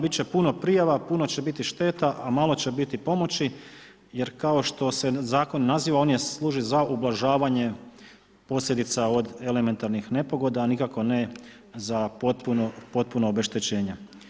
Biti će puno prijava, puno će biti šteta, a malo će biti pomoći jer kao što se Zakon naziva, on služi za ublažavanje posljedica od elementarnih nepogoda, a nikako ne za potpuno obeštećenje.